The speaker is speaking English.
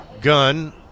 Gun